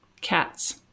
Cats